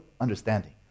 understanding